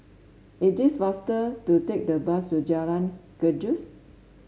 it is faster to take the bus to Jalan Gajus